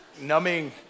numbing